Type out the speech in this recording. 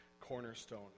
cornerstone